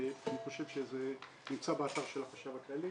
אני חושב שזה נמצא באתר של החשב הכללי.